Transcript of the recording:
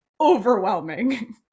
overwhelming